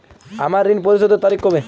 আমার ঋণ পরিশোধের তারিখ কবে?